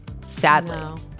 Sadly